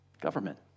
government